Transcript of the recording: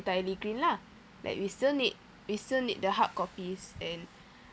entirely green lah like we still need we still need the hard copies and